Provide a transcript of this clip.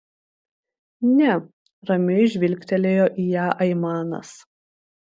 ne ramiai žvilgtelėjo į ją aimanas